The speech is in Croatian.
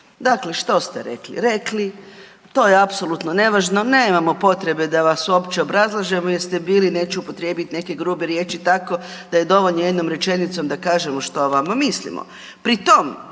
Dakle, što ste rekli, rekli, to je apsolutno nevažno, nemamo potrebe da vas uopće obrazlažemo jer ste bili, neću upotrijebiti neke grube riječi, tako da je dovoljno jednom rečenicom da kažemo što o vama mislimo.